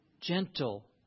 gentle